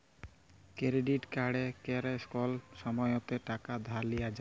credit কাড়ে ক্যরে কল সময়তে টাকা ধার লিয়া যায়